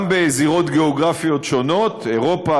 גם בזירות גיאוגרפיות שונות: אירופה,